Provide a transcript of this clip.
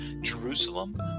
Jerusalem